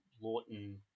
Lawton